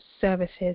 services